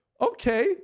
Okay